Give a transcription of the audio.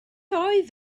oedd